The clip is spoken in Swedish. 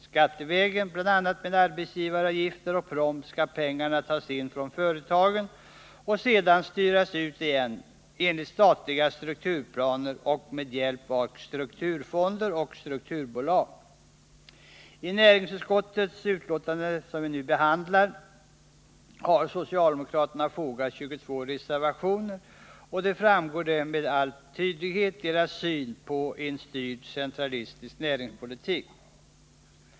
Skattevägen, bl.a. med arbetsgivaravgifter och proms, skall pengarna tas in från företagen och sedan styras ut igen enligt statliga strukturplaner och med hjälp av strukturfonder och strukturbolag. Vid näringsutskottets betänkande nr 43, som vi nu behandlar, har socialdemokraterna fogat 22 reservationer, av vilka deras syn på en styrd centralistisk näringspolitik framgår med all tydlighet.